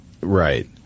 Right